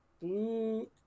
Blue